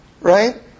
Right